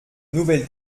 nouvelle